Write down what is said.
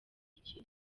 iki